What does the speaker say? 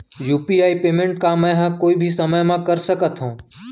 UPI payment का मैं ह कोई भी समय म कर सकत हो?